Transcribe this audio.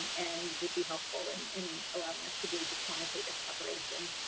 and would be helpful and in allowing us to gauge you quantitative preparation.